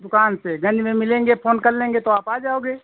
दुकान पर गंज में मिलेंगे फोन कर लेंगे तो आप आ जाओगे